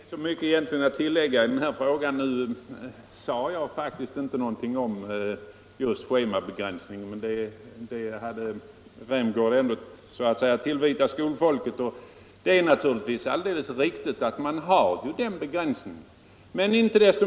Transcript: Herr talman! Det är egentligen inte mycket att tillägga i denna fråga. Jag sade faktiskt ingenting om schemabegränsningen, men det är väl någonting som herr Rämgård ändå hade tillvitat skolfolket. Och det är riktigt att begränsningen finns.